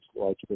large